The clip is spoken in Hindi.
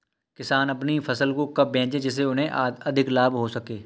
किसान अपनी फसल को कब बेचे जिसे उन्हें अधिक लाभ हो सके?